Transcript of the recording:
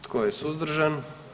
Tko je suzdržan?